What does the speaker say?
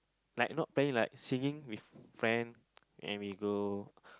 like not playing like singing with friend and we go